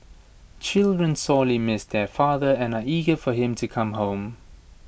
children sorely miss their father and are eager for him to come home